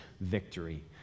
victory